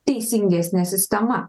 teisingesnė sistema